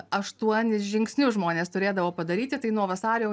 aštuonis žingsnius žmonės turėdavo padaryti tai nuo vasario